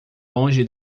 longe